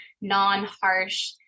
non-harsh